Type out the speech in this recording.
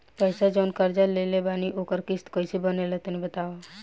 पैसा जऊन कर्जा लेले बानी ओकर किश्त कइसे बनेला तनी बताव?